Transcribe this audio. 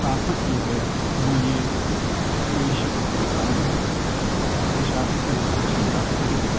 طاقت جو ہے وہ یہ کہ کوئی شخص پریشان ہو پریشانی کے وقت مجھے یاد کرے